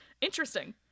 Interesting